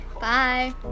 bye